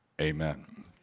amen